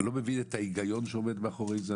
לא מבין את ההיגיון שעומד מאחורי זה,